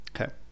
Okay